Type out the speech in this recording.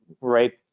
right